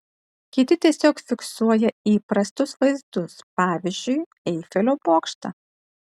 kiti tiesiog fiksuoja įprastus vaizdus pavyzdžiui eifelio bokštą